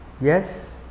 Yes